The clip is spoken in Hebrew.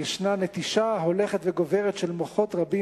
יש נטישה הולכת וגוברת של מוחות רבים